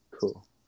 Cool